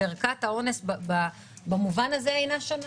וערכת האונס במובן הזה אינה שונה.